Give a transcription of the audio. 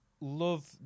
love